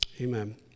Amen